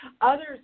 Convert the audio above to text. Others